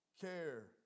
care